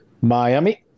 Miami